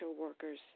workers